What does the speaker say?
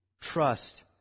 trust